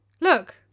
Look